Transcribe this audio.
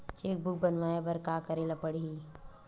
Cheque book बनवाय बर का करे ल पड़हि?